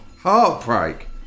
heartbreak